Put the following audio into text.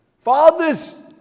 Fathers